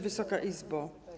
Wysoka Izbo!